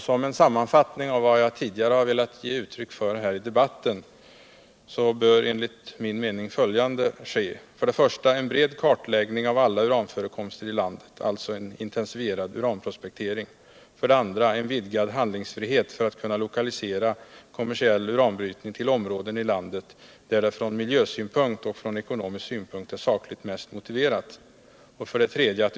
Som en sammanfattning av vad jag tidigare geu uttryck för i debatten vill jag säga alt enligt min mening fötjunde bör ske: 2. En vidgad handlingsfrihet för att kunna lokalisera kommersiell urunbrytning till områden i landet där det från miljösynpunkt och ekonomisk synpunkt är sakligt mest motiverat. 3.